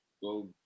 go